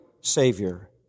Savior